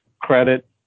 credit